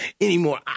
anymore